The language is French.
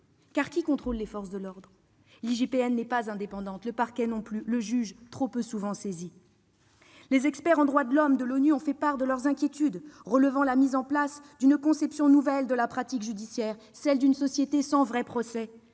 Car qui contrôle les forces de l'ordre ? L'IGPN n'est pas indépendante, le parquet non plus, et le juge est trop peu souvent saisi. Les experts en droits de l'homme de l'ONU ont fait part de leurs inquiétudes, relevant la mise en place d'une conception nouvelle de la pratique judiciaire, celle d'une société sans vrai procès.